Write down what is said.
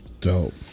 Dope